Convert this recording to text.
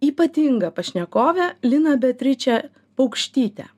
ypatingą pašnekovę liną beatričę paukštytę